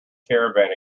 caravan